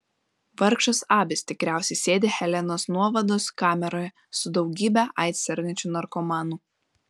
vargšas abis tikriausiai sėdi helenos nuovados kameroje su daugybe aids sergančių narkomanų